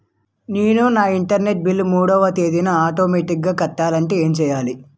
నేను నా internet bill మూడవ తేదీన ఆటోమేటిగ్గా కట్టాలంటే ఏం చేయాలి?